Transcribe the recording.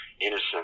innocent